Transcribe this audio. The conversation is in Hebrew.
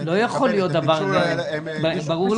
זה ברור לחלוטין.